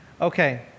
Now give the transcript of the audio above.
Okay